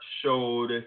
showed